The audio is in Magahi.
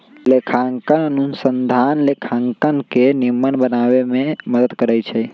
लेखांकन अनुसंधान लेखांकन के निम्मन बनाबे में मदद करइ छै